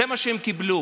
זה מה שהם קיבלו.